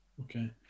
okay